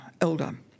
Elder